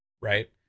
right